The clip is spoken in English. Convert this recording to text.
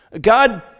God